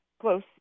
close